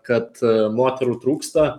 kad moterų trūksta